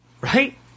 Right